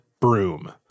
broom